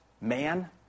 man